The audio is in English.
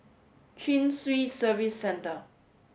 Chin Swee Service Centre